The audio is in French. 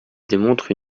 démontrent